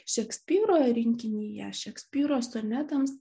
šekspyro rinkinyje šekspyro sonetams